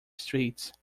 streets